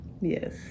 yes